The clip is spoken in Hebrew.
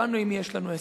הבנו עם מי יש לנו עסק.